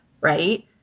Right